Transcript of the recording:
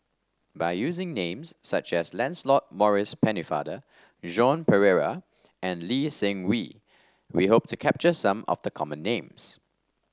by using names such as Lancelot Maurice Pennefather Joan Pereira and Lee Seng Wee we hope to capture some of the common names